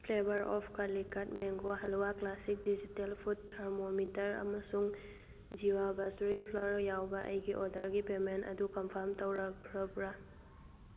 flavour of Calicut mango halwa classic digital food thermometer ꯑꯃꯁꯨꯡ ꯖꯤꯔꯥ ꯕꯥꯁꯇꯨꯔꯤ flour ꯌꯥꯎꯕ ꯑꯩꯒꯤ ꯑꯣꯗꯔꯒꯤ ꯄꯦꯃꯦꯟ ꯑꯗꯨ ꯀꯟꯐꯥꯝ ꯇꯧꯔꯛꯈ꯭ꯔꯕ꯭ꯔꯥ